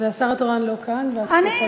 והשר התורן לא כאן, אז את יכולה להמשיך לדבר.